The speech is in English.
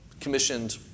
commissioned